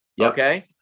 Okay